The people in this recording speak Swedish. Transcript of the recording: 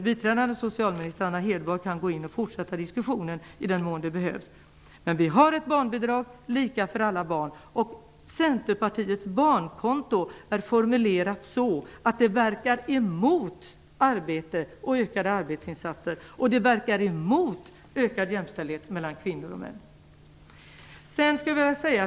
Biträdande socialminister Anna Hedborg kan fortsätta diskussionen i den mån det behövs. Vi har ett barnbidrag, lika för alla barn. Centerpartiets barnkonto är formulerat så att det verkar emot arbete och ökade arbetsinsatser. Det verkar emot ökad jämställdhet mellan kvinnor och män.